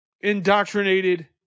indoctrinated